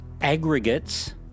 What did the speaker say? aggregates